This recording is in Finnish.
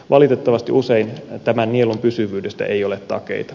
valitettavasti usein tämän nielun pysyvyydestä ei ole takeita